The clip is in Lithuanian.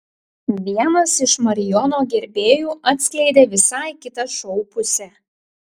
vienas iš marijono gerbėjų atskleidė visai kitą šou pusę